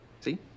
See